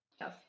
yes